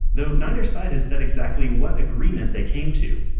though neither side has said exactly what agreement they came to.